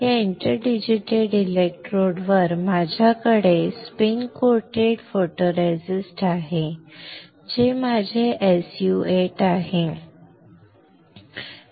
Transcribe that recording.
या interdigitated electrode वर माझ्याकडे स्पिन लेपित फोटोरेसिस्ट आहे जे माझे SU 8 आहे हे माझे SU 8 आहे